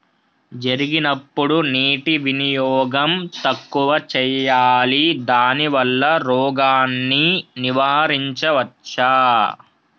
జరిగినప్పుడు నీటి వినియోగం తక్కువ చేయాలి దానివల్ల రోగాన్ని నివారించవచ్చా?